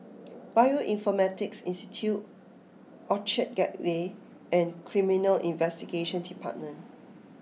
Bioinformatics Institute Orchard Gateway and Criminal Investigation Department